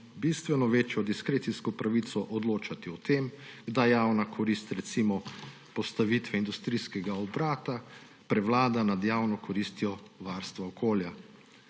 bistveno večjo diskrecijsko pravico odločati o tem, kdaj javna korist, recimo postavitve industrijskega obrata, prevlada nad javno koristjo varstva okolja.